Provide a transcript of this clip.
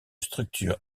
structure